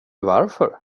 varför